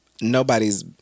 nobody's